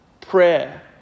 prayer